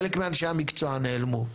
חלק מאנשי המקצוע נעלמו.